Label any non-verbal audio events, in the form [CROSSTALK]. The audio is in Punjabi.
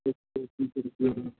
[UNINTELLIGIBLE]